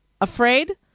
afraid